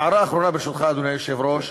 הערה אחרונה, ברשותך, אדוני היושב-ראש.